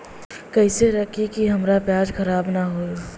कइसे रखी कि हमार प्याज खराब न हो?